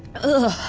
o